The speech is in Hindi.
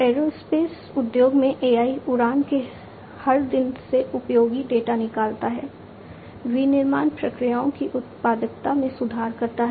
एयरोस्पेस उद्योग में AI उड़ान के हर दिन से उपयोगी डेटा निकालता है विनिर्माण प्रक्रियाओं की उत्पादकता में सुधार करता है